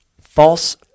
false